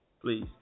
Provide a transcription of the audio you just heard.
please